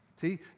See